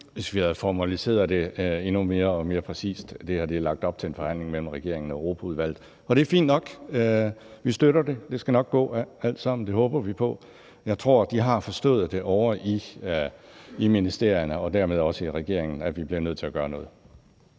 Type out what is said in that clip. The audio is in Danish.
hvis vi havde formaliseret det endnu mere og gjort det mere præcist. Det her er lagt op til en forhandling mellem regeringen og Europaudvalget, og det er fint nok. Vi støtter det. Det skal nok gå alt sammen; det håber vi på. Jeg tror, de har forstået ovre i ministerierne og dermed også i regeringen, at vi bliver nødt til at gøre noget.